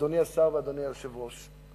אדוני השר ואדוני היושב-ראש,